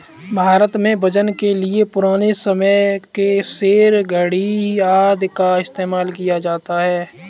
भारत में वजन के लिए पुराने समय के सेर, धडी़ आदि का इस्तेमाल किया जाता था